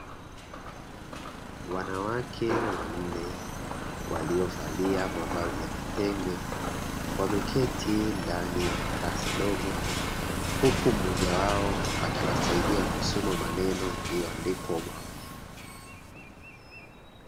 Wanawake wanne waliovalia mavazi ya kitenge wameketi ndani ya darasa dogo huku mmoja wao akiwasaidia kusoma maneno yaliyoandikwa ubaoni.